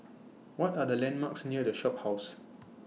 What Are The landmarks near The Shophouse